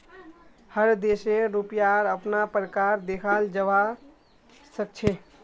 हर देशेर रुपयार अपना प्रकार देखाल जवा सक छे